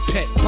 Pet